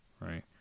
Right